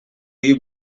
you